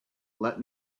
let